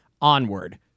Onward